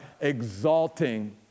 exalting